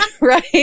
right